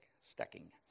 stacking